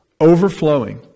Overflowing